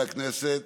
הכנסת,